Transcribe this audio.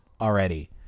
already